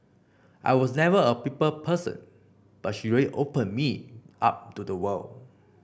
I was never a people person but she really opened me up to the world